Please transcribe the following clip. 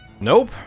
Nope